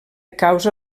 causa